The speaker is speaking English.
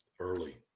early